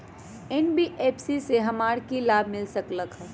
NBFC से हमार की की लाभ मिल सक?